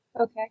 Okay